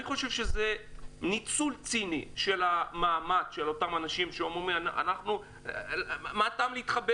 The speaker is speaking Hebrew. אני חושב שזה ניצול ציני של אותם אנשים ששואלים מה הטעם להתחבר